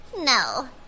No